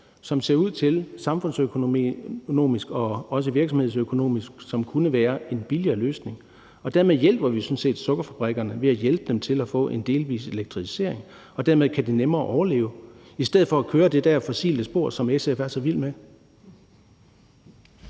som ser ud til samfundsøkonomisk og også virksomhedsøkonomisk at kunne være en billigere løsning, og dermed hjælper vi sådan set sukkerfabrikkerne ved at hjælpe dem til at få en delvis elektrificering, og dermed kan de nemmere overleve, i stedet for at køre ad det der fossile spor, som SF er så vild med.